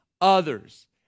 others